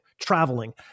traveling